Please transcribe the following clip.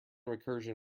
recursion